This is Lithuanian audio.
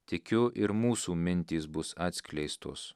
tikiu ir mūsų mintys bus atskleistos